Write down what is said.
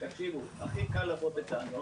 תקשיבו, הכי קל לבוא בטענות.